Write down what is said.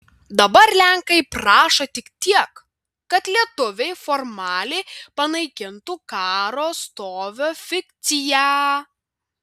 dabar lenkai prašo tik tiek kad lietuviai formaliai panaikintų karo stovio fikciją